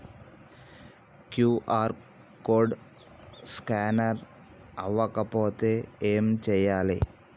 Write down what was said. QR code scanner అవ్వకపోతే ఏం చేయాలి?